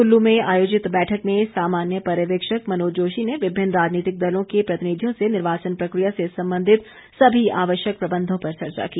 कल्लू में आयोजित बैठक में सामान्य पर्यवेक्षक मनोज जोशी ने विभिन्न राजनीतिक दलों के प्रतिनिधियों को निर्वाचन प्रकिया से संबंधित सभी आवश्यक प्रबंधों पर चर्चा की